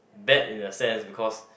bad in a sense because